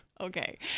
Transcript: Okay